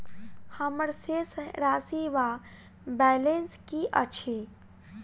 हम्मर शेष राशि वा बैलेंस की अछि?